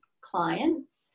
clients